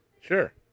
sure